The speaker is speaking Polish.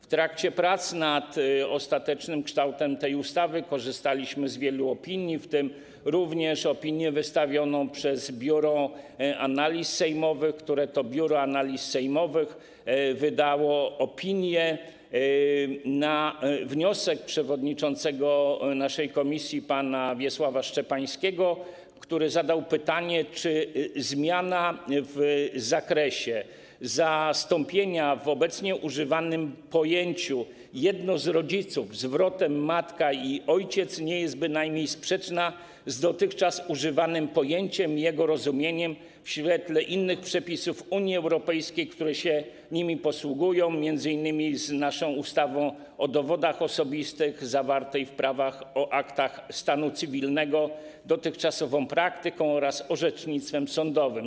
W trakcie prac nad ostatecznym kształtem tej ustawy korzystaliśmy z wielu opinii, w tym również z opinii wystawionej przez Biuro Analiz Sejmowych, które to Biuro Analiz Sejmowych wydało opinię na wniosek przewodniczącego naszej komisji pana Wiesława Szczepańskiego, który zadał pytanie, czy zastąpienie obecnie używanego pojęcia „jedno z rodziców” zwrotem „matka i ojciec” nie sprawi, że będzie to sprzeczne z dotychczas używanym pojęciem, jego rozumieniem w świetle innych przepisów Unii Europejskiej, które się nimi posługują, m.in. z naszą ustawą o dowodach osobistych, ustawą - Prawo o aktach stanu cywilnego, dotychczasową praktyką oraz orzecznictwem sądowym.